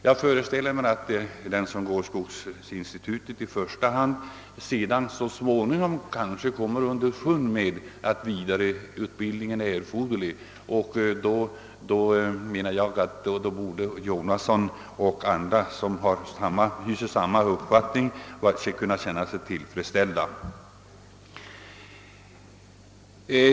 Jag föreställer mig att den som har gått igenom skogsinstitutet så småningom kanske kommer underfund med att vidareutbildning är erforderlig. Därför borde herr Jonasson och andra som hyser samma uppfattning kunna känna sig tillfredsställda.